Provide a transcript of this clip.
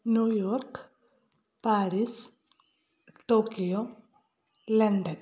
New York Paris Tokyo London